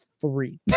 three